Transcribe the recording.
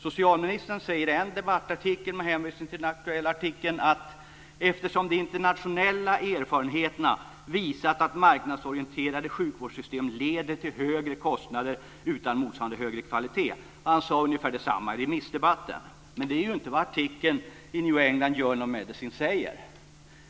Socialministern säger i en debattartikel med hänvisning till den aktuella artikeln: Eftersom de internationella erfarenheterna visat att marknadsorienterade sjukvårdssystem leder till högre kostnader utan motsvarande högre kvalitet . Han sade ungefär detsamma i remissdebatten. Men det är inte vad artikeln i New England Journal of Medicine säger.